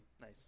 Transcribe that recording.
Nice